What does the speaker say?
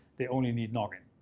they only need noggin.